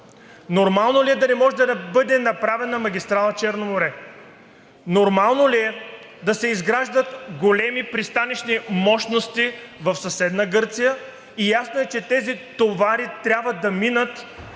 Нормално ли е да не може да бъде направена магистрала „Черно море“?! Нормално ли е да се изграждат големи пристанищни мощности в съседна Гърция – ясно е, че тези товари трябва да минат